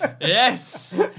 Yes